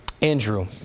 Andrew